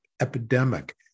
epidemic